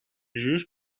juge